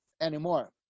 anymore